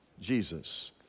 Jesus